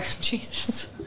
Jesus